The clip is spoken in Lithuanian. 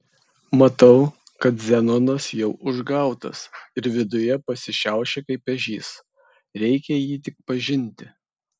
matau kad zenonas jau užgautas ir viduje pasišiaušė kaip ežys reikia jį tik pažinti